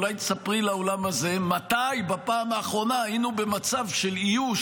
אולי תספרי לאולם הזה מתי בפעם האחרונה היינו במצב של איוש